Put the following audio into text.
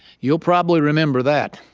you'll probably remember that.